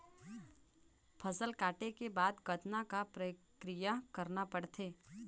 फसल काटे के बाद कतना क प्रक्रिया करना पड़थे?